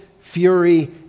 fury